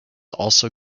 also